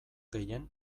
gehien